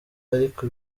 ariko